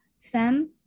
FEM